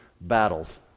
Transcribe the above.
battles